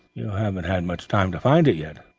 you haven't had much time to find it yet.